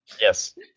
Yes